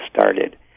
started